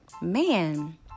man